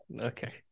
okay